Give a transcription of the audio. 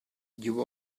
you